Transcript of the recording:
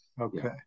Okay